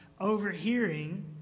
overhearing